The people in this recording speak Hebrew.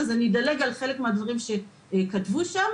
אז אני אדלג על חלק מהדברים שנכתבו שם.